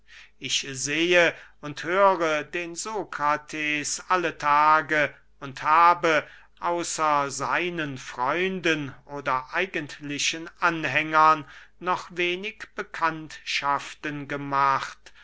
ich sehe und höre den sokrates alle tage und habe außer seinen freunden oder eigentlichen anhängern noch wenig bekanntschaften gemacht